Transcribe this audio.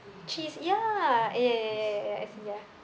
cheese ya ah ya ya ya ya ya ya